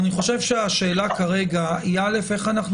אני חושב שהשאלה כרגע היא איך אנחנו